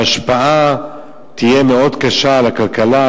וההשפעה תהיה מאוד קשה על הכלכלה,